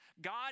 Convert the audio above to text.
God